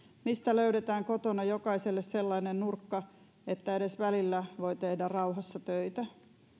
mistä löydetään kotona jokaiselle sellainen nurkka että edes välillä voi tehdä rauhassa töitä